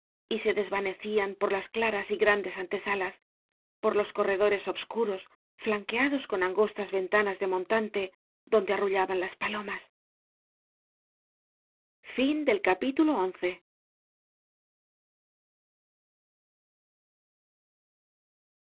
y se desvanecían por las claras y grandes ante salas por los corredores obscuros flanquea dos con angostas ventanas de montante don de arrullaban las palomas